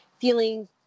feeling